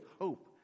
hope